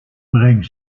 breng